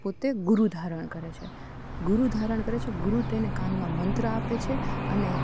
પોતે ગુરુ ધારણ કરે છે ગુરુ ધારણ કરે છે ગુરુ તેને કાનમાં મંત્ર આપે છે અને